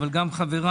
אבל גם חבריי,